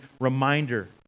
reminder